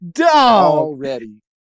Already